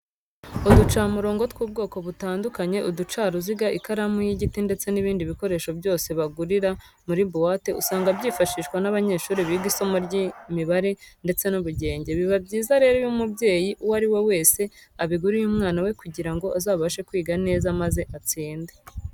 Uducamurongo tw'ubwoko butandukanye, uducaruziga, ikaramu y'igiti ndetse n'ibindi bikoresho byose bagurira muri buwate usanga byifashishwa n'abanyeshuri biga isomo ry'imibare ndetse n'ubugenge. Biba byiza rero iyo umubyeyi uwo ari we wese abiguriye umwana we kugira ngo azabashe kwiga neza maze atsinde.